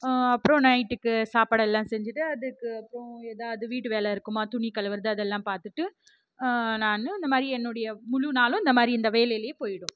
அப்புறம் நைட்டுக்கு சாப்பாடுலாம் செஞ்சுட்டு அதுக்கு அப்புறம் எதாவது வீட்டு வேலை இருக்குமா துணி கழுவுகிறது அதெல்லாம் பார்த்துட்டு நான் இந்தமாதிரி என்னுடைய முழுநாளும் இந்தமாதிரி இந்த வேலையிலேயே போய்விடும்